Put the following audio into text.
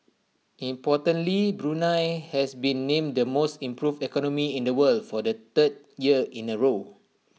importantly Brunei has been named the most improved economy in the world for the third year in A row